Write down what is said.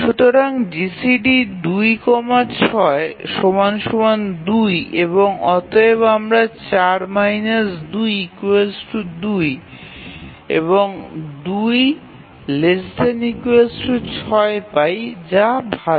সুতরাং GCD২ ৬ ২ এবং অতএব আমরা ৪ ২ ২ এবং ২ ≤ ৬ পাই যা ভাল